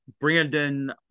Brandon